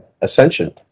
ascension